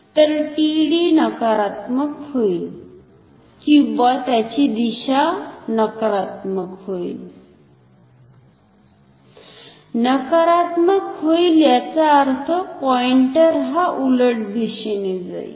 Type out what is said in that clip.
तर TD नकारात्मक होईल किंवा त्याची दिशा नाकारात्मक होईल नकारात्मक होईल याचा अर्थ पॉईंटर हा उलट दिशेने जाईल